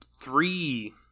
three